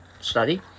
study